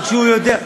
אבל כשהוא יודע,